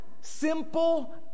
simple